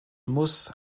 muss